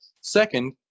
Second